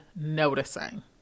noticing